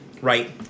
Right